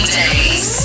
days